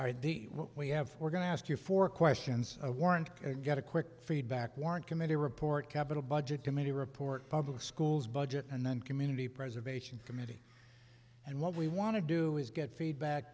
are the what we have we're going to ask you for questions of war and get a quick feedback warrant committee report capital budget committee report public schools budget and then community preservation committee and what we want to do is get feedback